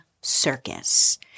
circus